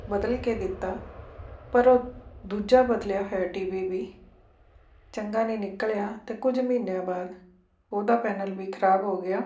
ਬਦਲ ਕੇ ਦਿੱਤਾ ਪਰ ਓਹ ਦੂਜਾ ਬਦਲਿਆ ਹੋਇਆ ਟੀਵੀ ਵੀ ਚੰਗਾ ਨਹੀਂ ਨਿਕਲਿਆ ਅਤੇ ਕੁਝ ਮਹੀਨਿਆਂ ਬਾਅਦ ਉਹਦਾ ਪੈਨਲ ਵੀ ਖਰਾਬ ਹੋ ਗਿਆ